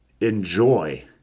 enjoy